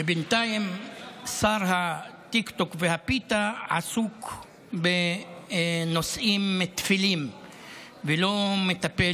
ובינתיים שר הטיקטוק והפיתה עסוק בנושאים טפלים ולא מטפל